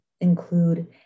include